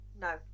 No